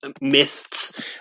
myths